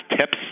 tips